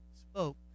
spoke